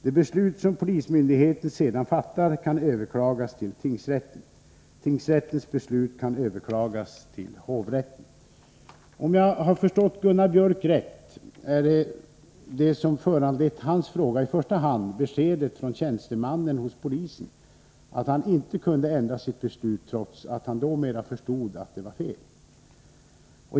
Det beslut som polismyndigheten sedan fattar kan överklagas till tingsrätten. Tingsrättens beslut kan överklagas till hovrätten. Om jag har förstått Gunnar Biörck rätt är det som föranlett hans fråga i första hand beskedet från tjänstemannen hos polisen att han inte kunde ändra sitt beslut trots att han dåmera förstod att det var fel.